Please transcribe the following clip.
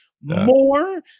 more